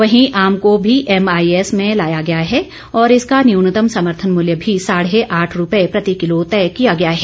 वहीं आम को भी एम आईएस में लाया गया है और इसका न्यूनतम समर्थन मूल्य भी साढ़े आठ रूपये प्रति किलो तय किया गया है